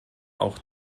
auch